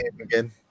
again